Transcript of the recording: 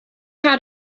how